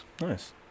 Nice